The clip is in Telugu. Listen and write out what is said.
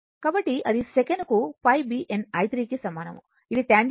కాబట్టి అది సెకనుకు π b n i 3 కి సమానం